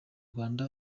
rwanda